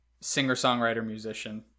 singer-songwriter-musician